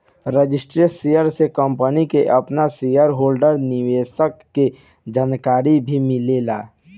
registered share से company के आपन शेयर होल्डर निवेशक के जानकारी भी मिलेला